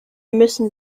müssen